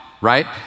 right